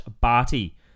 Barty